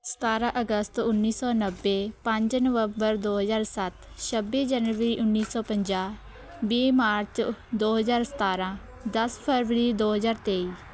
ਸਤਾਰ੍ਹਾਂ ਅਗਸਤ ਉੱਨੀ ਸੌ ਨੱਬੇ ਪੰਜ ਨਵੰਬਰ ਦੋ ਹਜ਼ਾਰ ਸੱਤ ਸ਼ੱਬੀ ਜਨਵਰੀ ਉੱਨੀ ਸੌ ਪੰਜਾਹ ਵੀਹ ਮਾਰਚ ਦੋ ਹਜਾਰ ਸਤਾਰ੍ਹਾਂ ਦਸ ਫਰਵਰੀ ਦੋ ਹਜਾਰ ਤੇਈ